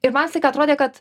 ir vos tik atrodė kad